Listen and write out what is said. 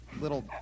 little